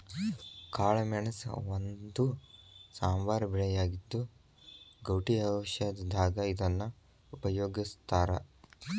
ಕಾಳಮೆಣಸ ಒಂದು ಸಾಂಬಾರ ಬೆಳೆಯಾಗಿದ್ದು, ಗೌಟಿ ಔಷಧದಾಗ ಇದನ್ನ ಉಪಯೋಗಸ್ತಾರ